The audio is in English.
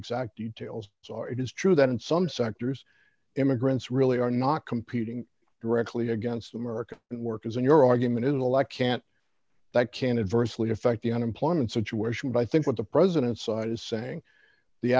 exact details are it is true that in some sectors immigrants really are not competing directly against america and workers in your argument intellect can't that can adversely affect the unemployment situation by i think what the president's side is saying the